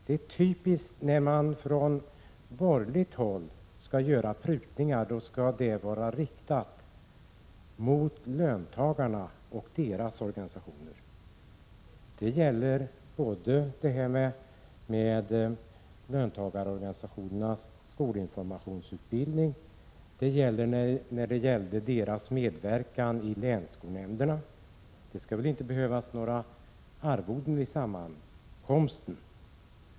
Det är typiskt att när man från borgerligt håll skall göra prutningar så skall de vara riktade mot löntagarna och deras organisationer. Det gäller både löntagarorganisationernas skolinformationsutbildning och deras medverkan i länsskolnämnderna — där skall det inte behövas några arvoden vid sammankomster.